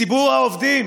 מציבור העובדים